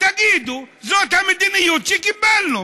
תגידו: זאת המדיניות שקיבלנו.